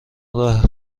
راه